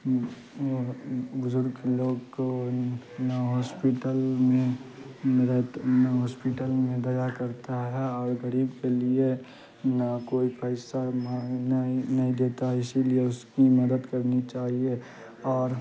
وہ بزرگ لوگ کو نہ ہاسپٹل میں مدد نہ ہاسپٹل میں دیا کرتا ہے اور غریب کے لیے نہ کوئی پیسہ مانگنا نہیں دیتا اسی لیے اس کی مدد کرنی چاہیے اور